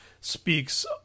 speaks